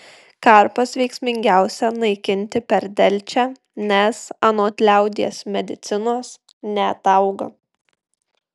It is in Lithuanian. karpas veiksmingiausia naikinti per delčią nes anot liaudies medicinos neatauga